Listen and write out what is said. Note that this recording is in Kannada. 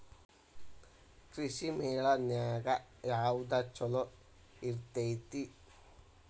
ಕೃಷಿಮೇಳ ನ್ಯಾಗ ಯಾವ್ದ ಛಲೋ ಇರ್ತೆತಿ?